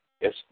yes